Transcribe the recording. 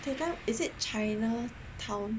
that time is it chinatown